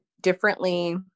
differently